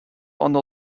honor